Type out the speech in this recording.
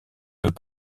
peut